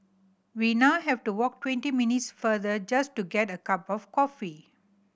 we now have to walk twenty minutes farther just to get a cup of coffee